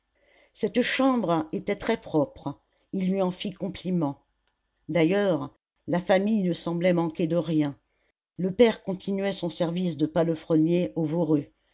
cette chambre était très propre il lui en fit compliment d'ailleurs la famille ne semblait manquer de rien le père continuait son service de palefrenier au voreux